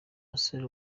musore